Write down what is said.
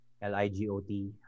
L-I-G-O-T